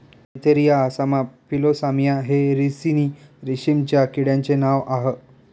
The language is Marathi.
एन्थेरिया असामा फिलोसामिया हे रिसिनी रेशीमच्या किड्यांचे नाव आह